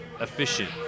efficient